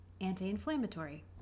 anti-inflammatory